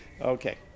Okay